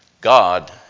God